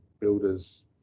builders